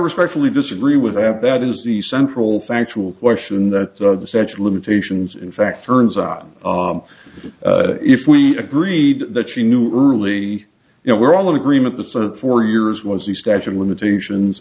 respectfully disagree with that that is the central factual question that the statue of limitations in fact turns out if we agreed that you knew really you know we're all in agreement that sort of for years was the statute of limitations